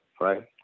Right